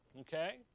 Okay